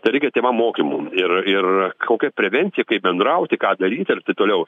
tereikia tėvam mokymų ir ir kokią prevenciją kaip bendrauti ką daryti ir taip toliau